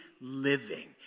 living